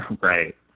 Right